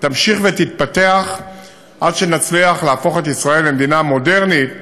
תמשיך ותתפתח עד שנצליח להפוך את ישראל למדינה מודרנית,